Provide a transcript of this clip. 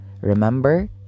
remember